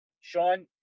Sean